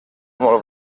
molt